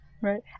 Right